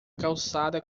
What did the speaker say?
calçada